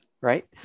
right